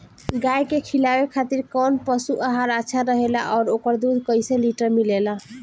गाय के खिलावे खातिर काउन पशु आहार अच्छा रहेला और ओकर दुध कइसे लीटर मिलेला?